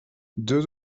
deux